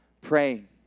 praying